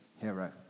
hero